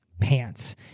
pants